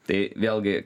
tai vėlgi